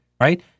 right